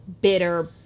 bitter